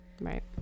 right